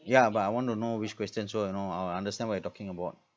ya but I want to know which questions so you know I'll understand what you're talking about